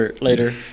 later